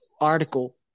article